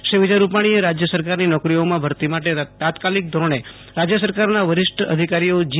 શ્રી વિજય રૂપાણીએ રાજ્ય સરકારની નોકરીઓમાં ભરતી માટે તાત્કાલિક ધોરણે રાજ્ય સરકારના વરિષ્ઠ અધિકારીઓ જી